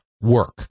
work